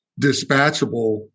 dispatchable